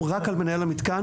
הוא רק על מנהל המתקן,